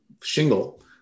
shingle